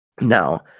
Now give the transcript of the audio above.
Now